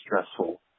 stressful